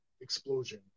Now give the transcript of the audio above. explosion